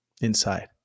inside